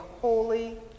holy